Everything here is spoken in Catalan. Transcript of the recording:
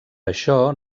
això